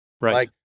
Right